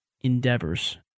endeavors